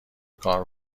کار